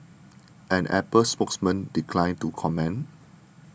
an Apple spokesman declined to comment